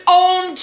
own